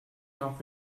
nach